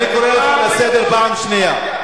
אני קורא אותך לסדר פעם שנייה.